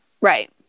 right